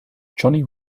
johnny